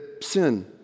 sin